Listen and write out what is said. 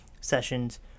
sessions